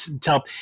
tell